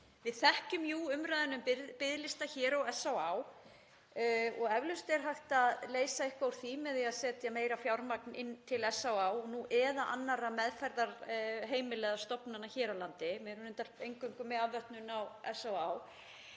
Við þekkjum jú umræðuna um biðlista hér og SÁÁ og eflaust er hægt að leysa eitthvað úr því með því að setja meira fjármagn til SÁÁ eða annarra meðferðarheimila eða -stofnana hér á landi; við erum reyndar eingöngu með afvötnun á SÁÁ